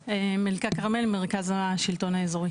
חברים, אני מתכוון למשהו אחר.